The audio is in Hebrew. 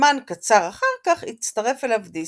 זמן קצר אחר כך הצטרף אליו דיסני.